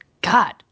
God